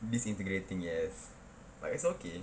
disintegrating yes but it's okay